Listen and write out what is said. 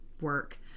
work